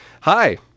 hi